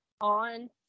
on